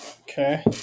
Okay